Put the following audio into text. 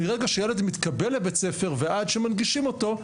מרגע שילד מתקבל לבית ספר ועד שמנגישים אותו,